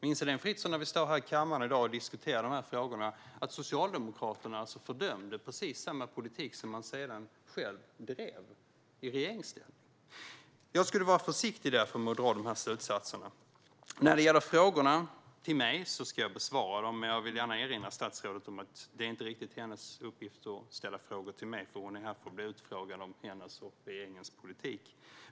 Minns Heléne Fritzon att Socialdemokraterna fördömde precis samma politik som man sedan själv drev i regeringsställning? Jag skulle vara försiktig med att dra de slutsatserna. När det gäller frågorna till mig ska jag besvara dem, men jag vill gärna erinra statsrådet om att det inte riktigt är hennes uppgift att ställa frågor till mig. Hon är här för att bli utfrågad om hennes och regeringens politik.